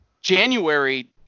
January